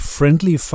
Friendly